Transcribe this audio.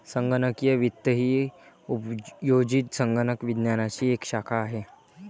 संगणकीय वित्त ही उपयोजित संगणक विज्ञानाची एक शाखा आहे